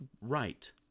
right